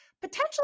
potentially